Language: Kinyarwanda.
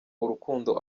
urukundo